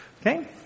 okay